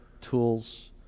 tools